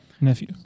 nephew